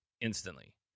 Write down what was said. instantly